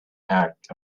act